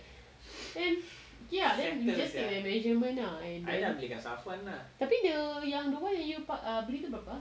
then ya we just take the measurement ah tapi yang the one you beli tu berapa ah